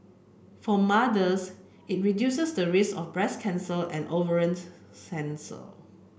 for mothers it reduces the risk of breast cancer and ovarian